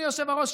אדוני היושב-ראש,